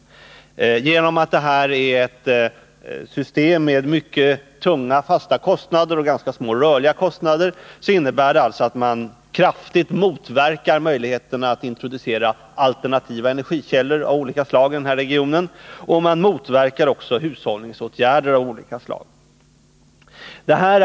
På grund av att detta är ett system med mycket tunga fasta kostnader och ganska små rörliga kostnader motverkar man kraftigt möjligheterna att i den här regionen introducera alternativa energikällor av olika slag. Man motverkar också hushållningsåtgärder av olika slag.